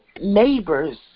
neighbors